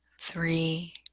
three